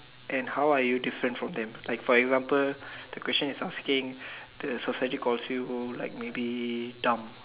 and how are you different from them like for example the question is asking the society quality like maybe dumb